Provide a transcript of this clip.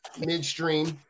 midstream